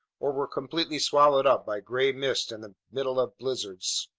or were completely swallowed up by gray mists in the middle of blizzards.